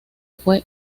fue